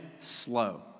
slow